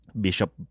Bishop